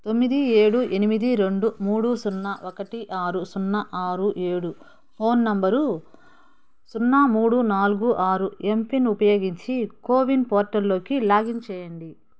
తొమ్మిది ఏడు ఎనిమిది రెండు మూడు సున్నా ఒకటి ఆరు సున్నా ఆరు ఏడు ఫోన్ నంబర్ సున్నా మూడు నాలుగు ఆరు ఎంపిన్ ఉపయోగించి కోవిన్ పోర్టల్లోకి లాగిన్ చేయండి